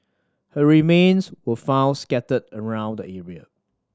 her remains were found scattered around the area